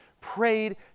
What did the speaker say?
prayed